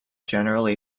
generally